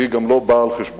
והיא גם לא באה על-חשבונם.